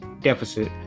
deficit